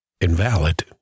invalid